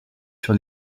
sur